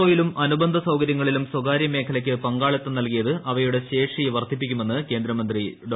O യിലും അനുബന്ധ സൌകര്യങ്ങളിലും സ്വകാര്യ മേഖലയ്ക്ക് പങ്കാളിത്തം നൽകിയത് അവയുടെ ശേഷി വർദ്ധിപ്പിക്കുമെന്ന് കേന്ദ്രമന്ത്രി ഡോ